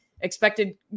expected